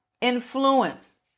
influence